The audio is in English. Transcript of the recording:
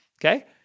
Okay